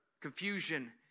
Confusion